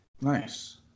Nice